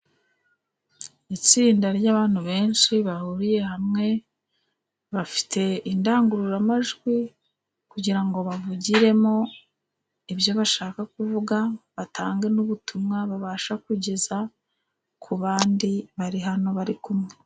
Itsinda ry'abantu benshi bahuriye hamwe bafite indangururamajwi kugira ngo bavugiremo ibyo bashaka kuvuga, batange n'ubutumwa babasha kugeza ku bandi bari hano bari kumwe.